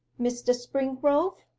mr. springrove?